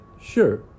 Sure